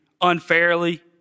unfairly